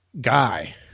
guy